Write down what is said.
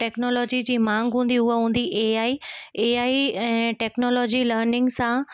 technology जी मांग हूंदी उहा हूंदी एआई एआई ऐं टेक्नोलॉजी लर्निंग सां